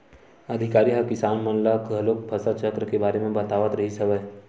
अधिकारी ह किसान मन ल घलोक फसल चक्र के बारे म बतात रिहिस हवय